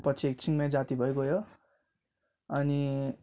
पछि एकछिनमै जाती भइगयो अनि